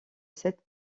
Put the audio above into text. cette